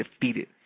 defeated